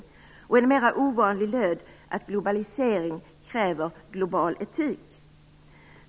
En av de mera ovanliga löd: Globalisering kräver global etik.